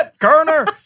Kerner